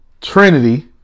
Trinity